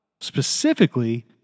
specifically